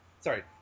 sorry